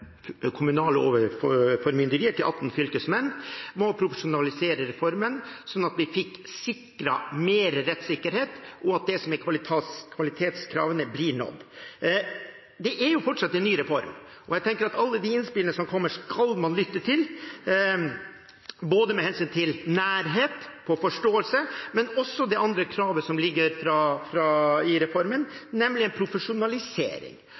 kommunale overformynderier til 18 fylkesmenn, var å profesjonalisere ordningen, slik at vi fikk bedre rettssikkerhet, og at kvalitetskravene ble nådd. Det er fortsatt en ny reform, og jeg tenker at alle innspillene som kommer, skal man lytte til – med hensyn til både nærhet og forståelse. Men også det andre kravet som ligger i reformen, er viktig, nemlig en profesjonalisering.